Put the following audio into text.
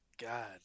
God